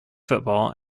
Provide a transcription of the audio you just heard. football